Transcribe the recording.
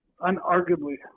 unarguably